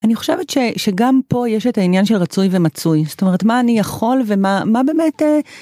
אני חושבת שגם פה יש את העניין של רצוי ומצוי זאת אומרת מה אני יכול ומה מה באמת.